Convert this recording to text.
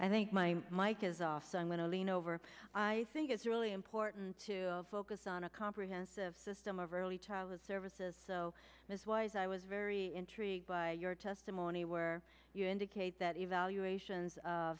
i think my mike is often going to lean over i think it's really important to focus on a comprehensive system of early childhood services so this was i was very intrigued by your testimony where you indicate that evaluations